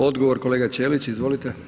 Odgovor kolega Ćelić, izvolite.